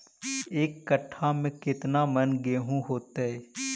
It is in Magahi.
एक कट्ठा में केतना मन गेहूं होतै?